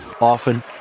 Often